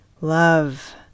love